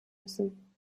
müssen